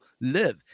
live